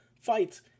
fights